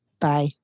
bye